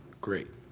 Great